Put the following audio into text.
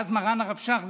ואז מרן הרב שך,